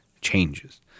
changes